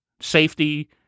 safety